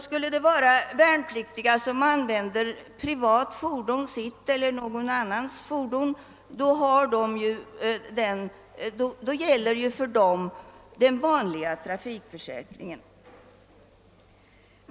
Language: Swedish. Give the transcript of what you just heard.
Använder värnpliktig privat fordon, sitt eller någon annans, gäller den vanliga trafikförsäkringen.